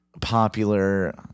popular